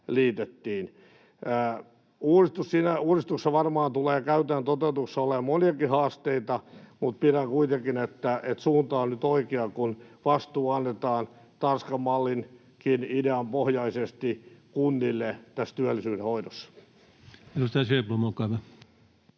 Uudistuksessa varmaan tulee käytännön toteutuksessa olemaan moniakin haasteita, mutta pidän kuitenkin suuntaa nyt oikeana, kun vastuu annetaan Tanskan mallinkin idean pohjaisesti kunnille tässä työllisyyden hoidossa. Edustaja Sjöblom, olkaa hyvä.